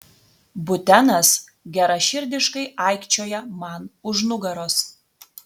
butenas geraširdiškai aikčioja man už nugaros